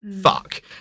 Fuck